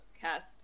cast